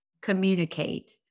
communicate